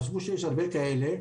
חשבו שיש הרבה כאלה,